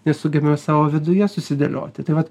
nesugebame savo viduje susidėlioti tai vat